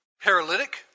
paralytic